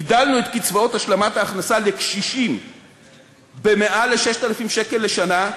הגדלנו את קצבאות השלמת ההכנסה לקשישים ביותר מ-6,000 שקלים בשנה,